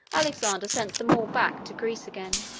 alexander sent them all back to greece again.